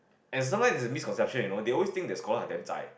and sometimes is a misconception you know they always think that scholar are damn zai